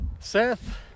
Seth